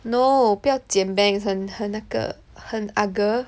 no 不要剪 bangs 很很那个很 ah girl